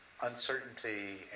Uncertainty